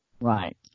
Right